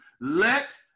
Let